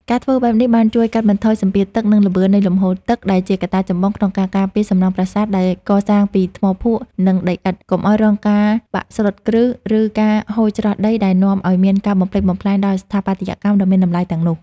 ការធ្វើបែបនេះបានជួយកាត់បន្ថយសម្ពាធទឹក និងល្បឿននៃលំហូរទឹក ដែលជាកត្តាចម្បងក្នុងការការពារសំណង់ប្រាសាទដែលកសាងពីថ្មភក់ និងដីឥដ្ឋ កុំឱ្យរងការបាក់ស្រុតគ្រឹះ ឬការហូរច្រោះដីដែលនាំឱ្យមានការបំផ្លិចបំផ្លាញដល់ស្ថាបត្យកម្មដ៏មានតម្លៃទាំងនោះ។